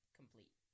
complete